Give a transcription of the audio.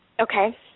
Okay